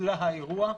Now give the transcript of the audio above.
שאצלה האירוע,